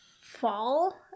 fall